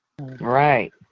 Right